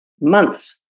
months